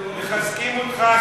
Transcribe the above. מחזקים אותך.